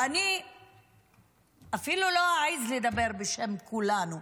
ואני אפילו לא אעז לדבר בשם כולנו,